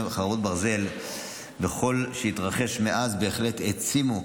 חרבות ברזל וכל שהתרחש מאז בהחלט העצימו,